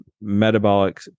metabolic